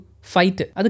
Fight